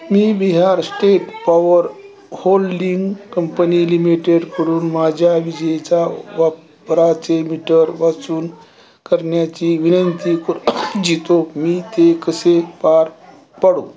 मी Bihar state power holding company लिमिटेडकडून माझ्या विजेचा वापराचे मीटर वाचन करण्याची विनंती क जितो मी ते कसे पार पडू